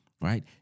right